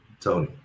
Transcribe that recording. Tony